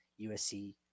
USC